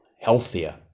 healthier